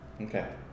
Okay